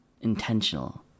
intentional